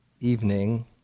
evening